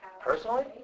Personally